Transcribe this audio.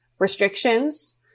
Restrictions